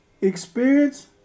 experience